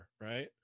right